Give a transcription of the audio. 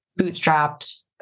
bootstrapped